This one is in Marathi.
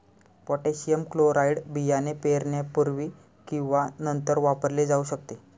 पोटॅशियम क्लोराईड बियाणे पेरण्यापूर्वी किंवा नंतर वापरले जाऊ शकते